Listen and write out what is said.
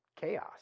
chaos